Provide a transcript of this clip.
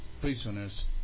prisoners